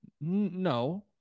No